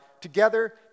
together